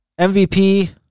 MVP